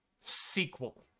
sequel